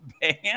band